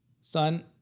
Son